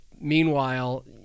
meanwhile